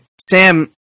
sam